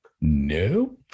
no